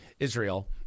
Israel